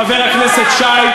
חבר הכנסת שי,